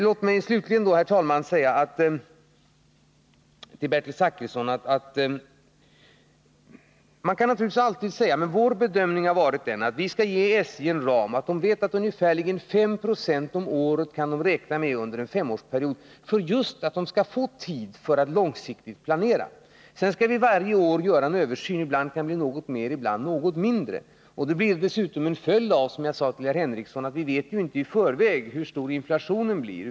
Låt mig slutligen, herr talman, till Bertil Zachrisson säga att vår bedömning har varit att vi skall fastställa en ram för SJ som innebär att man får ungefär 5 96 i påslag om året under en femårsperiod. På det sättet får man tid på sig när det gäller att planera långsiktigt. Sedan skall vi varje år göra en översyn. Ibland kan det bli något mer, ibland något mindre. Som jag sade till herr Henricsson vet vi ju inte i förväg hur stor inflationen blir.